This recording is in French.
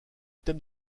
thème